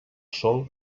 sol